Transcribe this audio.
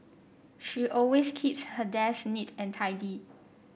she always keeps her desk neat and tidy